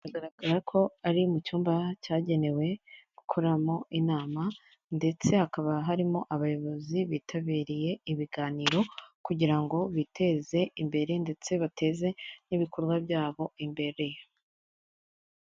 Bigaragara ko ari mu cyumba cyagenewe gukoramo inama ndetse hakaba harimo abayobozi bitabiriye ibiganiro kugira ngo biteze imbere ndetse bateze n'ibikorwa byabo imbere.